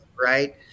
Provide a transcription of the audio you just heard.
right